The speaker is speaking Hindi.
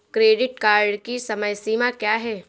क्रेडिट कार्ड की समय सीमा क्या है?